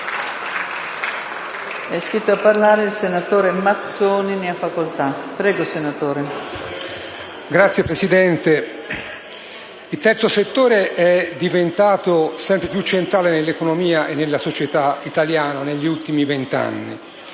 il terzo settore è diventato sempre più centrale nell'economia e nella società italiana negli ultimi venti anni.